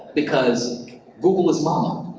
because google is mom.